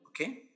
Okay